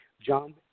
John